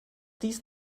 dies